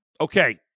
Okay